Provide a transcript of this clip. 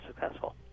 successful